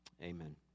Amen